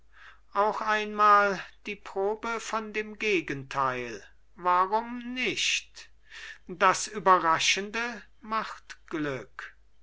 auch einmal die probe von dem gegenteil warum nicht das überraschende macht glück